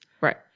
Right